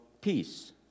peace